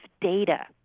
data